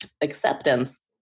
acceptance